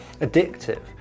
addictive